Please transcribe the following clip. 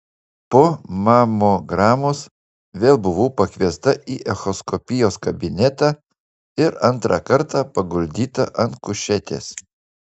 po mamogramos vėl buvau pakviesta į echoskopijos kabinetą ir antrą kartą paguldyta ant kušetės